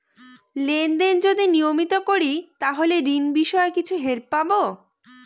Lane দেন যদি নিয়মিত করি তাহলে ঋণ বিষয়ে কিছু হেল্প পাবো?